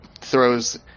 throws